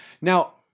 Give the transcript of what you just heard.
Now